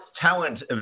talent